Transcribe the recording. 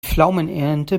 pflaumenernte